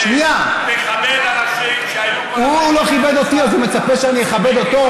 תכבד אנשים שהיו כל החיים שלהם,